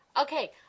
Okay